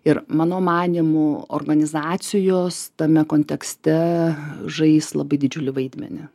ir mano manymu organizacijos tame kontekste žais labai didžiulį vaidmenį